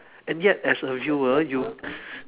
and yet as a viewer you